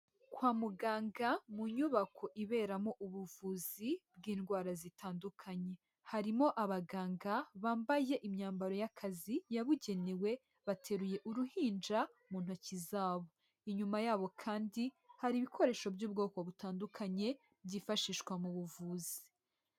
Kwa muganga, mu nyubako iberamo ubuvuzi bw'indwara zitandukanye, harimo abaganga bambaye imyambaro y'akazi yabugenewe, bateruye uruhinja mu ntoki zabo. Inyuma yabo kandi hari ibikoresho by'ubwoko butandukanye byifashishwa mu buvuzi.